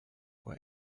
were